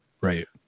Right